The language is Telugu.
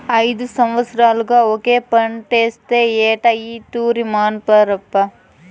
ఐదు సంవత్సరాలుగా ఒకే పంటేస్తే ఎట్టా ఈ తూరి మార్సప్పా